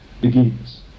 begins